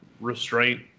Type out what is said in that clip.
restraint